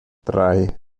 drei